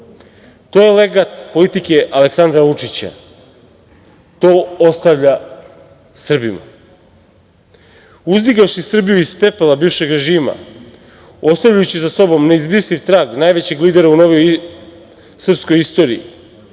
je legat politike Aleksandra Vučića. To ostavlja Srbima, uzdigavši Srbiju iz pepela bivšeg režima, ostavljajući za sobom neizbrisiv trag najvećeg lidera u novijoj srpskoj istoriji,